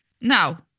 Now